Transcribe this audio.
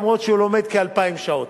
אף-על-פי שהוא לומד כ-2,000 שעות.